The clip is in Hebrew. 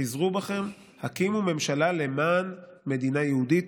חזרו בכם, הקימו הממשלה למען מדינה יהודית.